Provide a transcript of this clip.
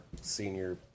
senior